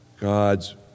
God's